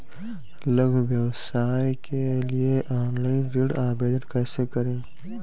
लघु व्यवसाय के लिए ऑनलाइन ऋण आवेदन कैसे करें?